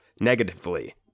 negatively